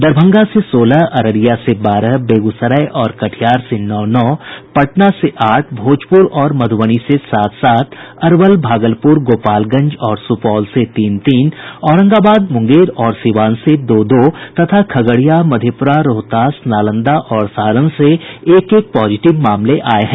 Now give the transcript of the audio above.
दरभंगा से सोलह अररिया से बारह बेगूसराय और कटिहार से नौ नौ पटना से आठ भोजपुर और मधुबनी से सात सात अरवल भागलपुर गोपालगंज और सुपौल से तीन तीन औरंगाबाद मुंगेर और सीवान से दो दो तथा खगड़िया मधेपुरा रोहतास नालंदा और सारण से एक एक पॉजिटिव मामले आये हैं